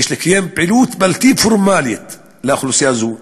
יש לקיים פעילות בלתי פורמלית לאוכלוסייה זו,